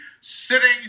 sitting